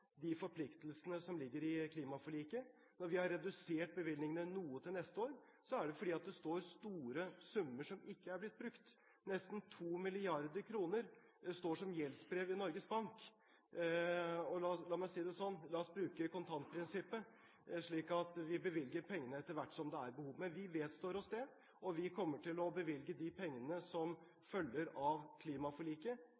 de forpliktelsene som ligger i klimaforliket. Når vi har redusert bevilgningene noe til neste år, er det fordi det står store summer som ikke er blitt brukt – nesten 2 mrd. kr – som gjeldsbrev i Norges Bank. La meg si det sånn: La oss bruke kontantprinsippet, slik at vi bevilger pengene etter hvert som det er behov. Men vi vedstår oss klimaforliket, og vi kommer til å bevilge de pengene